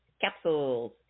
Capsules